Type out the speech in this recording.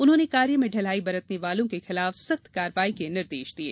उन्होंने कार्य में ढिलाई बरतने वालों के खिलाफ सख्त कार्रवाई के निर्देश दिये